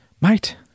Mate